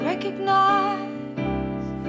Recognize